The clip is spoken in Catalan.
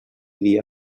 dia